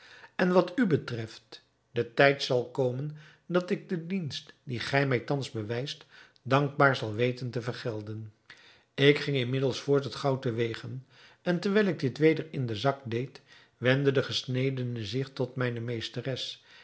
en wat u betreft de tijd zal komen dat ik de dienst die gij mij thans bewijst dankbaar zal weten te vergelden ik ging inmiddels voort het goud te wegen en terwijl ik dit weder in den zak deed wendde de gesnedene zich tot zijne meesteres